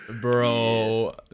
Bro